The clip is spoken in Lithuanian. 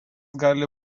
gali